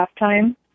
halftime